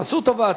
עשו טובה.